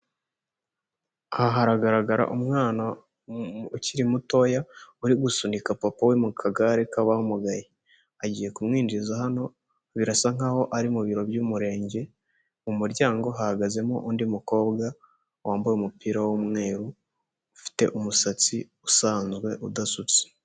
Aha haragaragara umwana ukiri mutoya uri gusunika papa we mu kagare k'abamugaye. Agiye kumwinjiza hano birasa nk'aho ari mu biro by'umurenge, mu muryango hahagazemo undi mukobwa wambaye umupira w'umweru ufite umusatsi usanzwe udasutse.